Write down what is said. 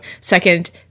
second